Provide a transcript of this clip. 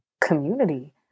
community